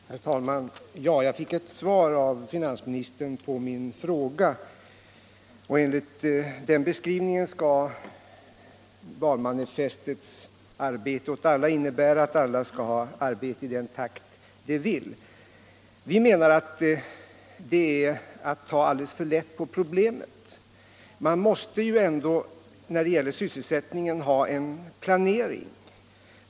Herr talman! Jag fick ett svar av finansministern på min fråga. Enligt hans beskrivning skall valmanifestets ”Arbete åt alla” innebära att alla skall ha arbete i den takt de vill. Vi anser att det är att ta alldeles för lätt på problemet. När det gäller sysselsättningen måste vi ändå ha en planering.